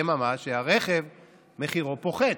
אממה, מחירו של הרכב פוחת,